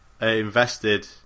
invested